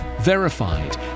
verified